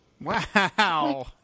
Wow